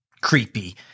creepy